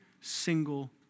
single